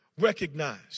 recognize